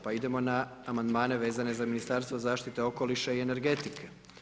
Pa idemo na amandmane vezane za Ministarstvo zaštite okoliša i energetike.